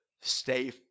stay